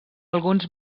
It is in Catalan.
alguns